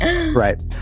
Right